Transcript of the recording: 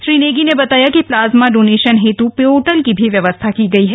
श्री नेगी ने बताया कि प्लाज्मा डोनेशन हेतू पोर्टल की व्यवस्था की गई है